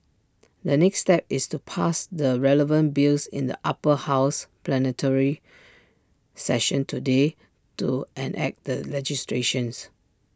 the next step is to pass the relevant bills in the Upper House plenary session today to enact the legislation